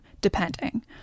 depending